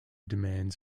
demands